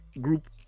group